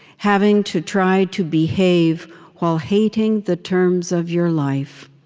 having to try to behave while hating the terms of your life.